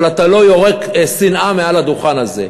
אבל אתה לא יורק שנאה מעל הדוכן הזה.